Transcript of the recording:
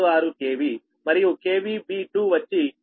66 KV మరియు B2 వచ్చి 66